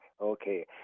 Okay